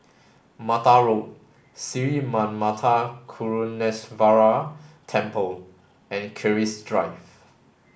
Mata Road Sri Manmatha Karuneshvarar Temple and Keris Drive